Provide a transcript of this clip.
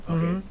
Okay